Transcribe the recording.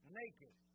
naked